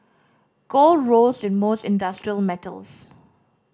gold rose with most industrial metals